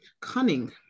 cunning